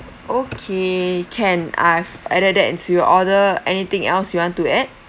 okay can I've added that into your order anything else you want to add